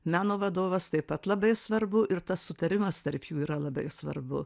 meno vadovas taip pat labai svarbu ir tas sutarimas tarp jų yra labai svarbu